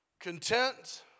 Content